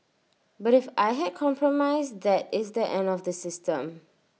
but if I had compromised that is the end of the system